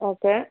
okay